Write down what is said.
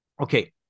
Okay